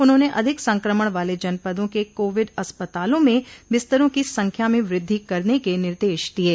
उन्होंने अधिक संक्रमण वाले जनपदों के कोविड अस्पतालों में बिस्तरों की संख्या में वुद्धि करने के निर्देश दिये